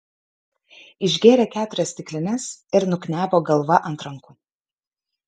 išgėrė keturias stiklines ir nuknebo galva ant rankų